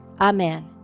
Amen